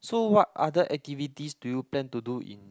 so what other activities do you plan to do in